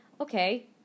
Okay